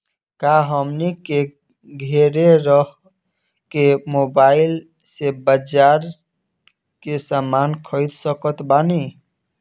का हमनी के घेरे रह के मोब्बाइल से बाजार के समान खरीद सकत बनी?